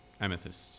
amethyst